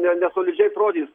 ne nesolidžiai atrodys